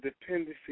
Dependency